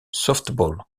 softball